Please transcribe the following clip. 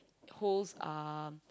holds uh